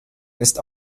ist